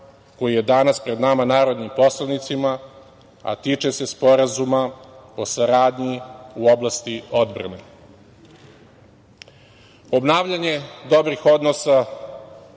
koji je danas pred nama narodnim poslanicima, a tiče se Sporazuma o saradnji u oblasti odbrane. Obnavljanje dobrih odnosa